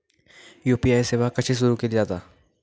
UPI सेवा कशी सुरू केली जाता?